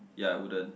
ya I wouldn't